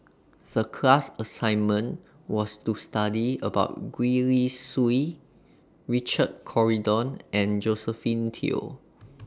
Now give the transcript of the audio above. The class assignment was to study about Gwee Li Sui Richard Corridon and Josephine Teo